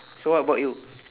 so what about you